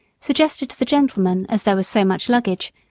suggested to the gentleman, as there was so much luggage,